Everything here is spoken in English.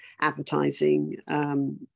advertising